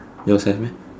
yours have meh